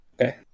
Okay